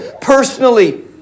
personally